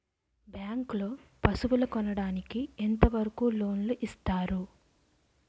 Bank లో పశువుల కొనడానికి ఎంత వరకు లోన్ లు ఇస్తారు?